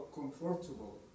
comfortable